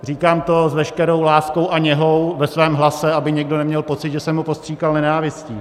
Říkám to s veškerou láskou a něhou ve svém hlase, aby někdo neměl pocit, že jsem ho postříkal nenávistí.